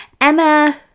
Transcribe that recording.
Emma